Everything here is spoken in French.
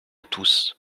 tous